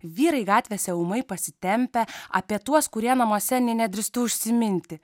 vyrai gatvėse ūmai pasitempę apie tuos kurie namuose nė nedrįstų užsiminti